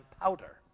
powder